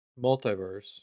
multiverse